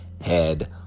head